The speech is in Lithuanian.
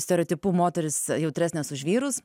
stereotipu moterys jautresnės už vyrus